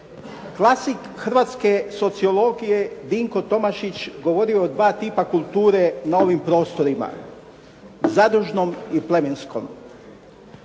Klasik hrvatske sociologije Dinko Tomašić govorio je o dva tipa kulture na ovim prostorima, zadužnom i plemenskom.